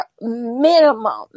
minimum